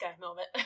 moment